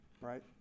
right